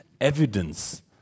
evidence